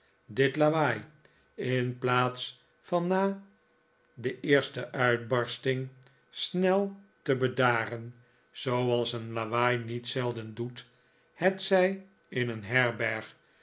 dit lawaai in plaats van na de eerste uitbarsting snel te bedaren zooals een lawaai niet zelden doet hetzij in een herberg